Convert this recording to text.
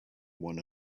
one